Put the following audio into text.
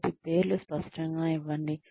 కాబట్టి పేర్లు స్పష్టంగా ఇవ్వండి